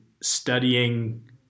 studying